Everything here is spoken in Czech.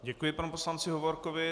Děkuji panu poslanci Hovorkovi.